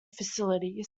facilities